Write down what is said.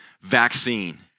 vaccine